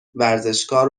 ورزشکار